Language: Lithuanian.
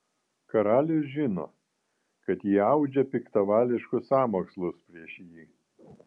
karalius žino kad jie audžia piktavališkus sąmokslus prieš jį